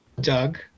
Doug